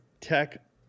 tech